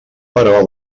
però